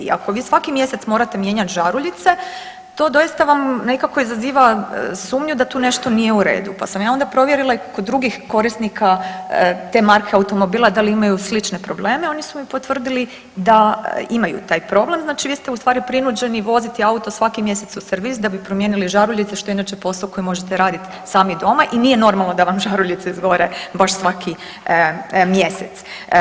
Ako vi svaki mjesec morate mijenjati žaruljice to doista vam nekako izaziva sumnju da tu nešto nije u redu, pa sam ja onda provjerila i kod drugih korisnika te marke automobila dali imaju slične probleme, oni su mi potvrdili da imaju taj problem, znači vi ste ustvari prinuđeni voziti auto svaki mjesec u servis da bi promijenili žaruljice što je inače posao koji možete radit sami doma, i nije normalno da vam žaruljice izgore baš svaki mjesec.